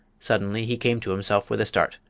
suddenly he came to himself with a start.